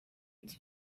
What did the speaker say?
its